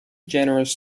generous